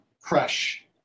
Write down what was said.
crush